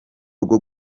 rwo